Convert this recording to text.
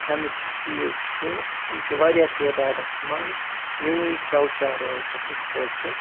کھٮ۪نٕکۍ چیٖز چھِ تِم چھِ واریاہ تعدادَس منٛز یِموٕے چَو چاروایو پٮ۪ٹھ أسۍ حٲصِل